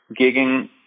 gigging